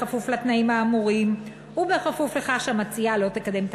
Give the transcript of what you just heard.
בכפוף לתנאים האמורים ובכפוף לכך שהמציעה לא תקדם את